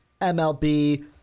MLB